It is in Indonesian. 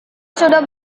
sudah